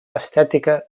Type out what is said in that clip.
estètica